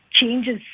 changes